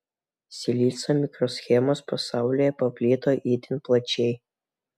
silicio mikroschemos pasaulyje paplito itin plačiai